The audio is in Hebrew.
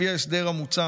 לפי ההסדר המוצע,